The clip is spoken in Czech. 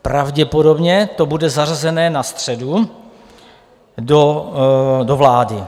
Pravděpodobně to bude zařazené na středu do vlády.